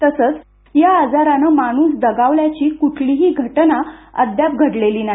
तसंच या आजारानं माणूस दगावल्याची कुठलीही घटना अद्याप घडलेली नाही